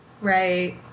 Right